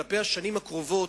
כלפי השנים הקרובות,